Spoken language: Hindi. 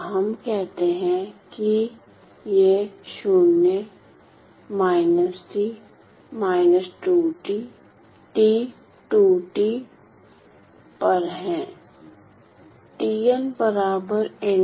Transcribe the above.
तो हम कहते हैं कि यह 0 −T −2T T 2T पर है